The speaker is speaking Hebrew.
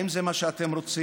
האם זה מה שאתם רוצים?